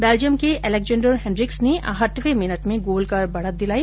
Belgium के Alexander Hendrickx ने आठवे मिनट में गोल कर बढ़त दिलाई